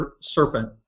serpent